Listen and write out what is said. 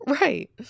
Right